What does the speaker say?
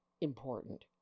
important